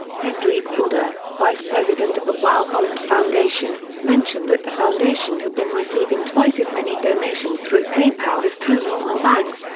hendrik fulda, vice president of the wau holland foundation, mentioned that the foundation had been receiving twice as many donations through paypal as through normal banks,